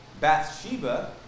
Bathsheba